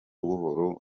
buhoro